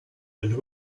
and